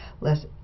less